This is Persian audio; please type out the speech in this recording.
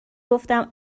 گفتم